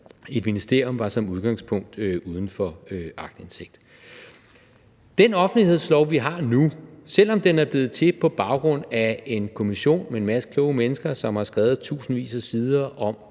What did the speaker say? et ministerium som udgangspunkt var uden for aktindsigt. Med hensyn til den offentlighedslov, vi har nu, selv om den er blevet til på baggrund af en kommission med en masse kloge mennesker, som har skrevet tusindvis af sider om,